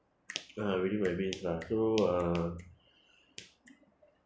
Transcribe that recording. uh really my lah so uh